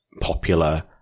popular